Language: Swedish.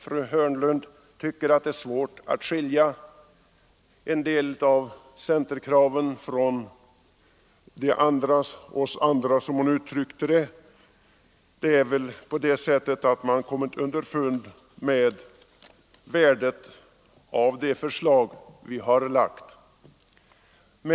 Fru Hörnlund tycker tydligen att det är svårt att skilja centerns krav och kraven från ”oss andra”, som hon uttryckte det. Man: har kanske kommit underfund med värdet i de förslag som vi har lagt fram.